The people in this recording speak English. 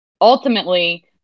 ultimately